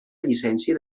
llicència